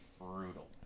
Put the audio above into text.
brutal